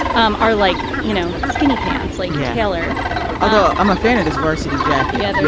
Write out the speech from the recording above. um are like you know skinny pants like yeah hillard ah know i'm a fan of this varsity jacket yeah and